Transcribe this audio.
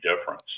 difference